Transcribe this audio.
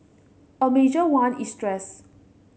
a major one is stress